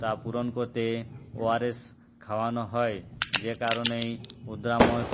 তা পূরণ করতে ওআরএস খাওয়ানো হয় যে কারণে উদ্রাময়